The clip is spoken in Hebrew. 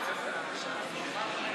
שמולי,